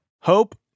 Hope